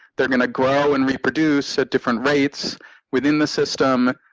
they're gonna grow and reproduce at different rates within the system.